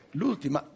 l'ultima